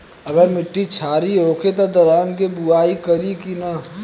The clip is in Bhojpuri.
अगर मिट्टी क्षारीय होखे त दलहन के बुआई करी की न?